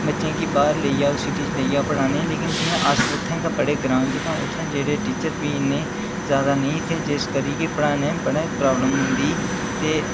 बच्चें गी बाहर लेई जाह्ग सिटी च लेई जाह्ग पढ़ाने गी लेकिन जि'यां अस उत्थै गै पढ़े ग्रांऽ च तां उत्थै जेह्ड़े टीचर बी इन्ने जादै निं हे जिस करी पढ़ने च प्रॉब्लम होंदी ते